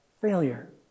failure